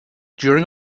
during